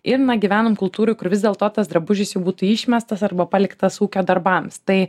ir na gyvenam kultūroj kur vis dėlto tas drabužis jau būtų išmestas arba paliktas ūkio darbams tai